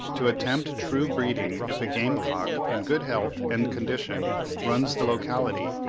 to attempt true breeding if a game-cock in good health and condition runs the locality,